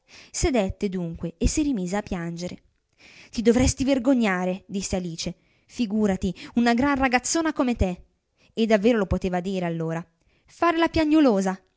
sedette dunque e si rimise a piangere ti dovresti vergognare disse alice figurati una gran ragazzona come te e davvero lo poteva dire allora fare la piagnolosa